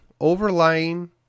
overlying